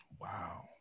Wow